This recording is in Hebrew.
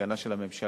את ההגנה של הממשלה,